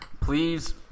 Please